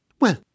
Well